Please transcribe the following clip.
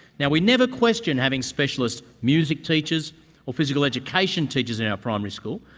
yeah we never question having specialist music teachers or physical education teachers in our primary schools,